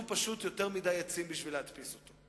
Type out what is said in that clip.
פשוט יותר מדי עצים בשביל להדפיס אותו.